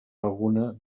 alguna